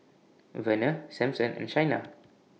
Verner Sampson and Shaina